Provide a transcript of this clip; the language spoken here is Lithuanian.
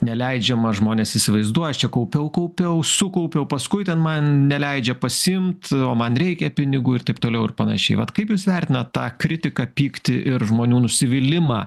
neleidžiama žmonės įsivaizduoja aš čia kaupiau kaupiau sukaupiau paskui ten man neleidžia pasiimt o man reikia pinigų ir taip toliau ir panašiai vat kaip jūs vertinat tą kritiką pyktį ir žmonių nusivylimą